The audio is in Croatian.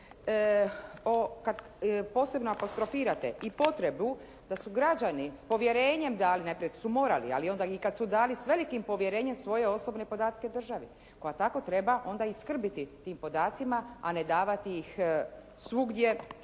Posebno apostrofirate i potrebu da su građani s povjerenjem dali, najprije su morali, ali i onda i kada su dali sa velikim povjerenjem svoje osobne podatke državi koja tako treba onda i skrbiti tim podacima a ne davati ih svugdje,